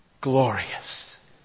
Glorious